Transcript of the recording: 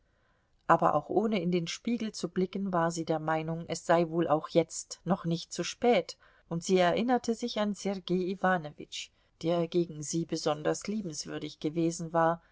aber auch ohne in den spiegel zu blicken war sie der meinung es sei wohl auch jetzt noch nicht zu spät und sie erinnerte sich an sergei iwanowitsch der gegen sie besonders liebenswürdig gewesen war